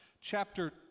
chapter